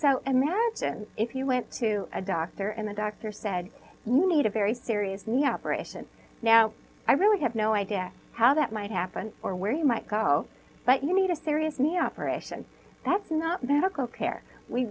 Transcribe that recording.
so imagine if you went to a doctor and the doctor said you need a very serious knee operation now i really have no idea how that might happen or where you might go but you need a serious knee operation that's not bad arkell care we